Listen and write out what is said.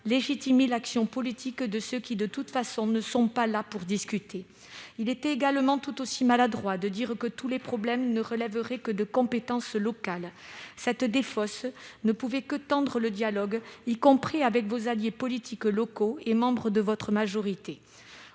-légitimé l'action politique de ceux qui, de toute façon, ne sont pas là pour discuter. « Il était tout aussi maladroit de prétendre que tous les problèmes de l'île relèvent uniquement de compétences locales. Cette défausse ne pouvait que tendre le dialogue, y compris avec vos alliés politiques locaux et membres de votre majorité.